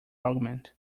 argument